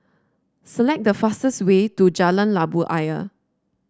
select the fastest way to Jalan Labu Ayer